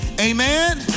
Amen